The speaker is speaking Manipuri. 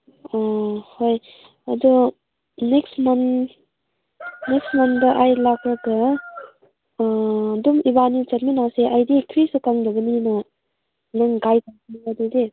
ꯑꯣ ꯍꯣꯏ ꯑꯗꯣ ꯅꯦꯛꯁ ꯃꯟ ꯅꯦꯛꯁ ꯃꯟꯗ ꯑꯩ ꯂꯥꯛꯂꯒ ꯑꯗꯨꯝ ꯏꯕꯥꯅꯤ ꯆꯠꯃꯤꯟꯅꯁꯦ ꯑꯩꯗꯤ ꯀꯔꯤꯁꯨ ꯈꯪꯗꯕꯅꯤꯅ ꯅꯪ ꯒꯥꯏꯗ ꯇꯧꯕꯤꯌꯣ ꯑꯗꯨꯗꯤ